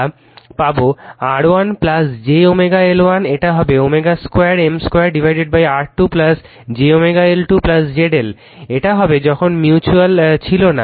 আমরা পাবো R1 j L1 এটা হবে 2 M2 R2 j L2 ZL এটা হবে যখন মিউচুয়াল ছিল না